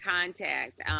contact